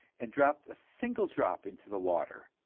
and dropped a single drop into the water,